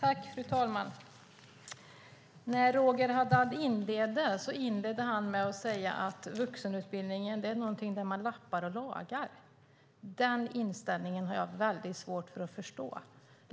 Fru talman! Roger Haddad inledde med att säga att vuxenutbildningen är någonting där man lappar och lagar. Den inställningen har jag mycket svårt att förstå.